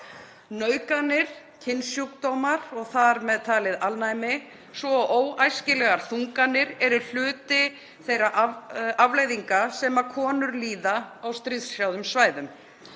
Nauðganir, kynsjúkdómar, þar með talið alnæmi, og óæskilegar þunganir eru hluti þeirra afleiðinga sem konur líða á stríðshrjáðum svæðum.